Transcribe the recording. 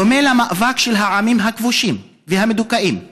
דומה למאבק של העמים הכבושים והמדוכאים,